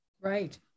Right